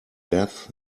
death